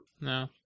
No